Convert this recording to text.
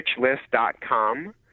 richlist.com